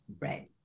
right